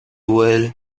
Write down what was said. well